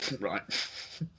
Right